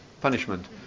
punishment